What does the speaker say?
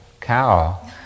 cow